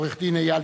עורך-דין איל ינון,